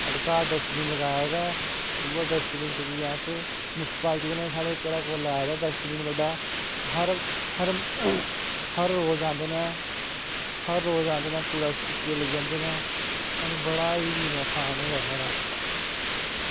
ते घर डस्टबिन लगाये दा ऐ उयै डस्टबिन चुक्कियै अस म्युनसीपालिटी आह्लें साढ़े घरा कोल लाए दा डस्टबिन बड्डा हर हर हर रोज आंदे न हर रोज आंदे न कूड़ा चुक्कियै लेई जंदे न सानूं बड़ा इजी होया साढ़ा